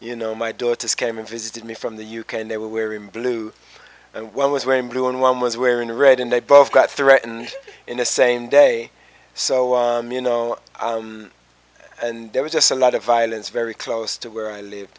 you know my daughters came and visited me from the u k and they were wearing blue and one was wearing blue and one was wearing a red and they both got threatened in the same day so you know and there was just a lot of violence very close to where i live